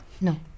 No